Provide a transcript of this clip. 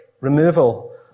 removal